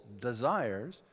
desires